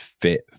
fit